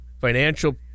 financial